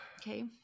Okay